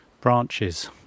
branches